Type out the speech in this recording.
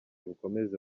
bukomeze